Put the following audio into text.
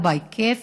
לא בהיקף,